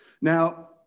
Now